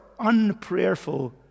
unprayerful